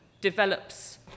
develops